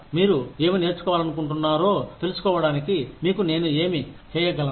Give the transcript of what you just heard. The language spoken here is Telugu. మీరు ఏమి నేర్చుకోవాలనుకుంటున్నా రో తెలుసుకోవడానికి మీకు నేను ఏమి చేయగలను